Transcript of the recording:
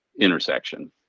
intersection